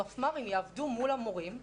המפמ"רים יעבדו מול המורים,